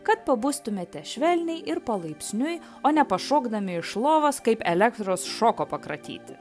kad pabustumėte švelniai ir palaipsniui o ne pašokdami iš lovos kaip elektros šoko pakratyti